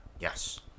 Yes